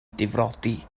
difrodi